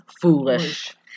foolish